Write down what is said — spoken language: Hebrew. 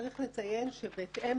צריך לציין, שבהתאם